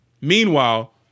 Meanwhile